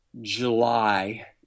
July